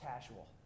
casual